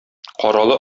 каралы